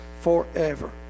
forever